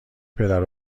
پدر